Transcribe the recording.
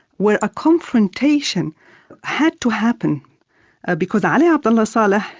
where a confrontation had to happen ah because ali abdullah saleh,